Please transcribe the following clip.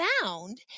found